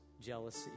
jealousy